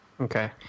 Okay